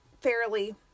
fairly